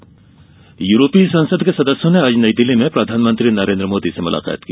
यूरोपीय सांसद यूरोपीय संसद के सदस्यों ने आज नई दिल्ली में प्रधानमंत्री नरेंद्र मोदी से मुलाकात की